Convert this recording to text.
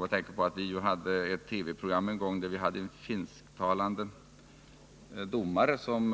Jag kom då att tänka på ett TV-program med en finländsk domare, som